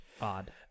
odd